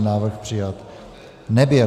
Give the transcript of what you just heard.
Návrh přijat nebyl.